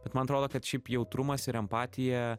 bet man atrodo kad šiaip jautrumas ir empatija